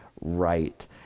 right